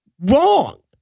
wrong